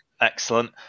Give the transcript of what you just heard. Excellent